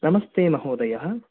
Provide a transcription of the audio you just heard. नमस्ते महोदयः